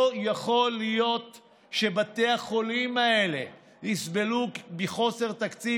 לא יכול להיות שבתי החולים האלה יסבלו מחוסר תקציב